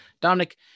Dominic